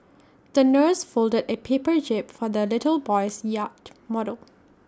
the nurse folded A paper jib for the little boy's yacht model